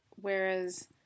Whereas